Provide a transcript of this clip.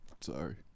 Sorry